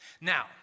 Now